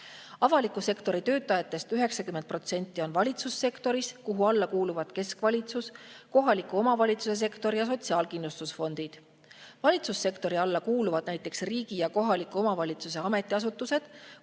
Avaliku sektori töötajatest 90% on valitsussektoris, mille alla kuuluvad keskvalitsus, kohaliku omavalitsuse sektor ja sotsiaalkindlustusfondid. Valitsussektori alla kuuluvad näiteks riigi ja kohaliku omavalitsuse ametiasutused,